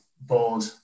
board